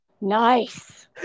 Nice